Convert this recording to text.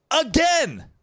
again